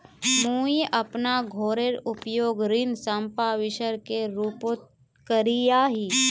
मुई अपना घोरेर उपयोग ऋण संपार्श्विकेर रुपोत करिया ही